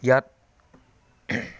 ইয়াত